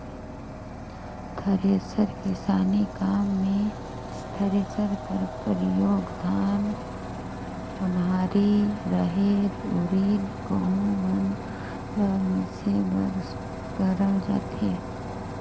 thresher किसानी काम मे थरेसर कर परियोग धान, ओन्हारी, रहेर, उरिद, गहूँ मन ल मिसे बर करल जाथे